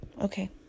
Okay